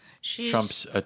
Trump's